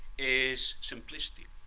is simplistic.